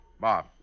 Bob